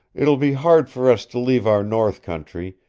it will be hard for us to leave our north country,